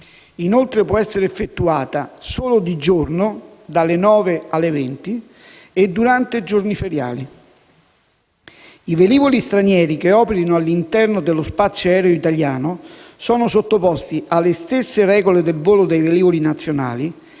Inoltre, può essere effettuata solo di giorno (dalle 9 alle 20) e durante giorni feriali. I velivoli stranieri che operino all'interno dello spazio aereo italiano sono sottoposti alle stesse regole del volo dei velivoli nazionali